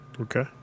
Okay